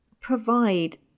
provide